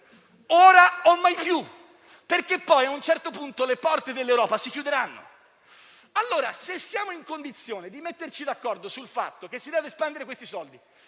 ora o mai più, perché poi a un certo punto le porte dell'Europa si chiuderanno. Se siamo in condizione di metterci d'accordo sul fatto che si devono spendere questi soldi